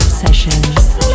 sessions